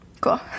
Cool